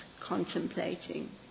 contemplating